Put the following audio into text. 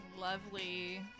lovely